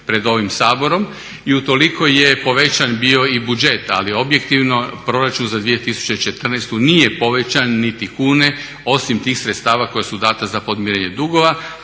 pred ovim Saborom i utoliko je povećan bio i budžet, ali objektivno proračun za 2014. nije povećan niti kune, osim tih sredstava koja su data za podmirenje dugova,